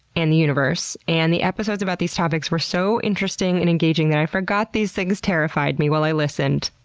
and the universe, and the episodes about these topics were so interesting and engaging that i forgot these things terrified me while i listened.